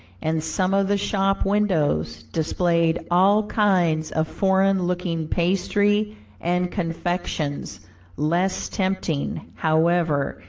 and some of the shop windows displayed all kinds of foreign-looking pastry and confections less tempting, however,